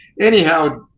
anyhow